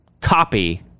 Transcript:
copy